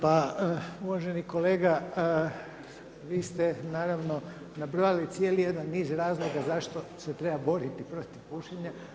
Pa uvaženi kolega, vi ste naravno nabrojali cijeli jedan niz razloga zašto se treba boriti protiv pušenja.